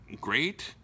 great